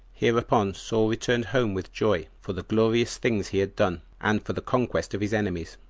hereupon saul returned home with joy, for the glorious things he had done, and for the conquest of his enemies,